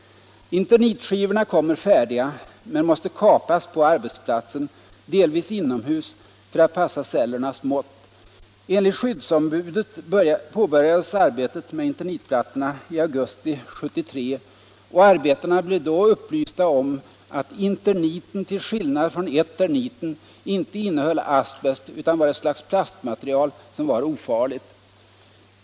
”Internitskivorna kommer färdiga men måste kapas på arbetsplatsen delvis inomhus för att passa cellernas mått. Enligt skyddsombudet påbörjades arbetet med Internitplattorna aug 1973, och arbetarna blev då upplysta om att Interniten till skillnad från Eterniten inte innehöll asbest utan var ett slags plastmaterial som var ofarligt.